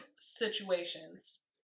situations